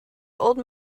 old